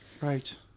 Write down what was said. Right